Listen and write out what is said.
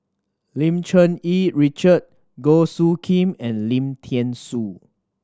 Lim Cherng Yih Richard Goh Soo Khim and Lim Thean Soo